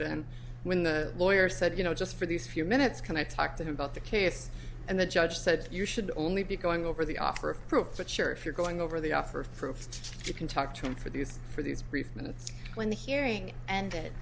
and when the lawyer said you know just for these few minutes can i talk to him about the case and the judge said you should only be going over the offer of proof but sure if you're going over the offer of proof you can talk to him for the youth for these brief minutes when the hearing and it at